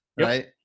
right